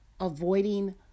avoiding